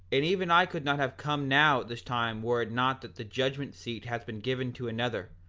and even i could not have come now at this time were it not that the judgment-seat hath been given to another,